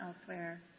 elsewhere